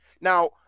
now